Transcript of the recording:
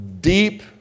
deep